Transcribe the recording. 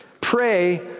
Pray